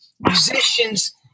musicians